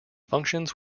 functions